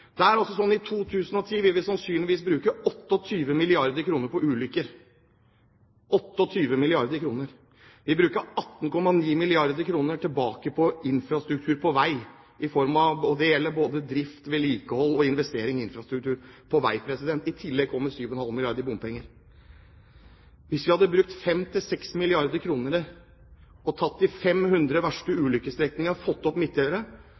I 2010 vil vi sannsynligvis bruke 28 milliarder kr på ulykker – 28 milliarder kr. Vi bruker 18,9 milliarder kr tilbake på infrastruktur på vei, og det gjelder både drift, vedlikehold og investering. I tillegg kommer 7,5 milliarder kr i bompenger. Hvis vi hadde brukt 5–6 milliarder kr og tatt de 500 verste ulykkesstrekningene og fått opp